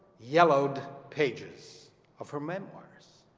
yellowed pages of her memoirs.